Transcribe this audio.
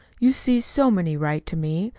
you see, so many write to me,